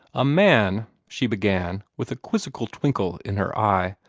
a man, she began, with a quizzical twinkle in her eye,